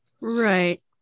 Right